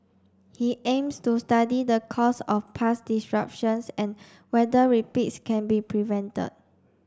he aims to study the cause of past disruptions and whether repeats can be prevented